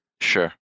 Sure